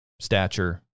stature